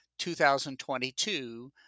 2022